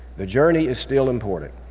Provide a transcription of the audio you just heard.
the journey is still important.